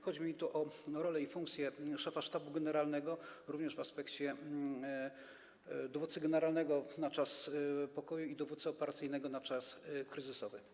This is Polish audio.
Chodzi mi o rolę i funkcje szefa Sztabu Generalnego, również w aspekcie dowódcy generalnego na czas pokoju i dowódcy operacyjnego na czas kryzysowy.